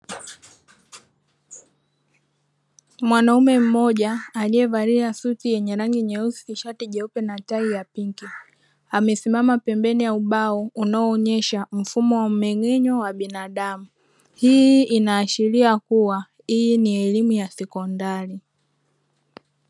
Mwanaume mmoja aliyevalia suti yenye rangi nyeusi, shati jeupe na tai ya pinki, amesimama pembeni ya ubao unaoonesha mfumo wa mmeng'enyo wa binadamu, hii inaashiria kuwa hii ni elimu ya sekondari.